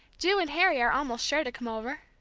ju and harry are almost sure to come over.